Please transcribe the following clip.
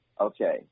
okay